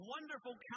Wonderful